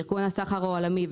ארגון הסחר העולמי,